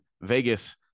vegas